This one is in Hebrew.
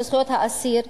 של זכויות האסיר,